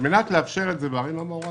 על מנת לאפשר את זה בערים המעורבות